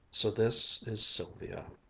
so this is sylvia,